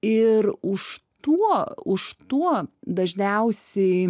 ir už tuo už tuo dažniausiai